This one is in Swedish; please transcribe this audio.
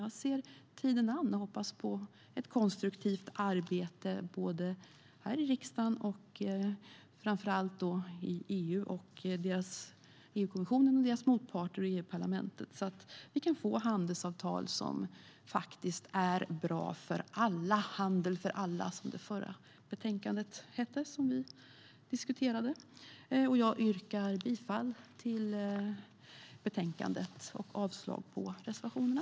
Jag ser tiden an och hoppas på ett konstruktivt arbete här i riksdagen och i EU, det vill säga EU-kommissionen och motparter samt EU-parlamentet, så att vi kan få handelsavtal som faktiskt är bra för all handel för alla - liksom det tidigare utlåtandet vi har diskuterat. Jag yrkar bifall till förslaget i betänkandet och avslag på reservationerna.